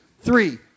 three